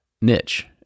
niche